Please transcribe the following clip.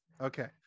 Okay